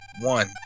One